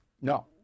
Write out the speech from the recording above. No